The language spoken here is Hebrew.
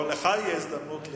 או לך תהיה הזדמנות,